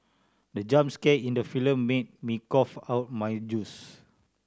the jump scare in the film made me cough out my juice